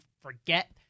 Forget